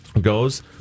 goes